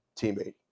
teammate